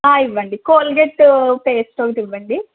ఇవ్వండి Colgate paste ఒకటి ఇవ్వండి